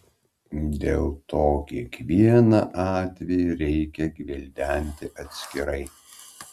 dėl to kiekvieną atvejį reikia gvildenti atskirai